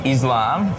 Islam